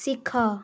ଶିଖ